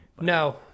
No